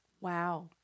Wow